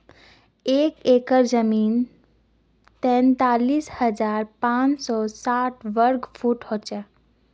एक एकड़ जमीन तैंतालीस हजार पांच सौ साठ वर्ग फुट हो छे